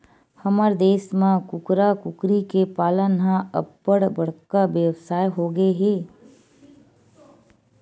हमर देस म कुकरा, कुकरी के पालन ह अब्बड़ बड़का बेवसाय होगे हे